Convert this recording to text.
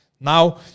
Now